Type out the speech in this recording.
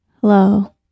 Hello